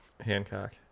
Hancock